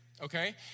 okay